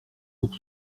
pour